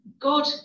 God